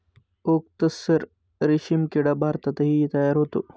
okay तस्सर रेशीम किडा भारतातही तयार होतो